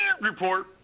Report